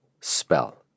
spell